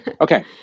Okay